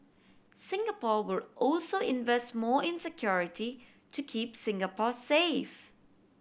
Singapore will also invest more in security to keep Singapore safe